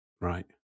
Right